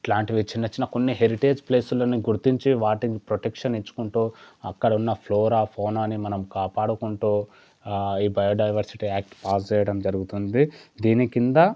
ఇట్లాంటివి చిన్న చిన్న కొన్ని హెరిటేజ్ ప్లేసులని గుర్తించి వాటిని ప్రొటెక్షన్ ఇచ్చుకుంటూ అక్కడున్న ఫ్లోరా ఫోనాని మనం కాపాడుకుంటూ ఈ బయోడైవర్సిటీ యాక్ట్ పాస్ చేయడం జరుగుతుంది దీని క్రింద